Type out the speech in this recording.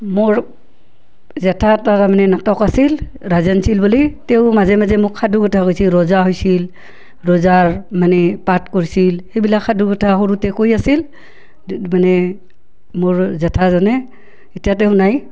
মোৰ জেঠা এটা তাৰ মানে নাটক আছিল ৰাজেন শীল বুলি তেওঁ মাজে মাজে মোক সাধুকথা কৈছিল ৰজা হৈছিল ৰজাৰ মানে পাৰ্ট কৰিছিল সেইবিলাক সাধুকথা সৰুতে কৈ আছিল মানে মোৰ জেঠাজনে এতিয়া তেওঁ নাই